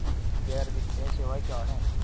गैर वित्तीय सेवाएं क्या हैं?